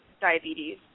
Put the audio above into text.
diabetes